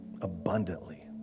Abundantly